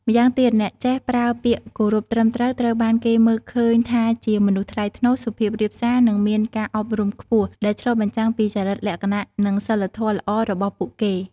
ម្យ៉ាងទៀត អ្នកចេះប្រើពាក្យគោរពត្រឹមត្រូវ ត្រូវបានគេមើលឃើញថាជាមនុស្សថ្លៃថ្នូរ សុភាពរាបសា និងមានការអប់រំខ្ពស់ ដែលឆ្លុះបញ្ចាំងពីចរិតលក្ខណៈនិងសីលធម៌ល្អរបស់ពួកគេ។